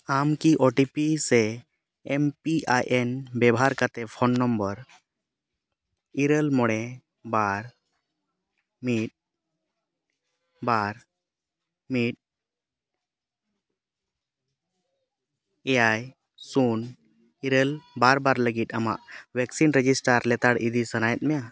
ᱟᱢ ᱠᱤ O T P ᱥᱮ ᱮᱢ ᱯᱤ ᱟᱭ ᱮᱱ ᱵᱮᱵᱚᱦᱟᱨ ᱠᱟᱛᱮᱫ ᱯᱷᱳᱱ ᱱᱚᱢᱵᱚᱨ ᱤᱨᱟᱹᱞ ᱢᱚᱬᱮ ᱵᱟᱨ ᱢᱤᱫ ᱵᱟᱨ ᱢᱤᱫ ᱮᱭᱟᱭ ᱥᱩᱱ ᱤᱨᱟᱹᱞ ᱵᱟᱨ ᱵᱟᱨ ᱞᱟᱹᱜᱤᱫ ᱟᱢᱟᱜ ᱵᱷᱮᱠᱥᱤᱱ ᱨᱮᱡᱤᱥᱴᱟᱨ ᱞᱮᱛᱟᱲ ᱤᱫᱤ ᱥᱟᱱᱟᱭᱮᱫ ᱢᱮᱭᱟ